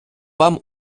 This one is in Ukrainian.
вам